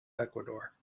ecuador